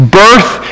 birth